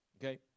Okay